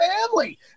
family